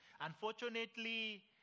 Unfortunately